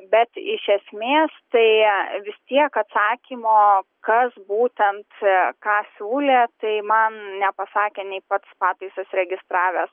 bet iš esmės tai vis tiek atsakymo kas būtent ką siūlė tai man nepasakė nei pats pataisas registravęs